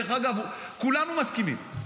דרך אגב, כולנו מסכימים.